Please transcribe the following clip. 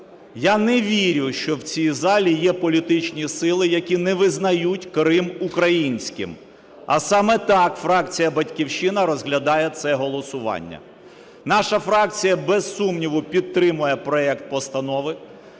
Я не вірю, що в цій залі є політичні сили, які не визнають Крим українським. А саме так фракція "Батьківщина" розглядає це голосування. Наша фракція буз сумніву підтримує проект Постанови,